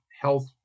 health